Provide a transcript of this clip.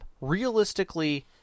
Realistically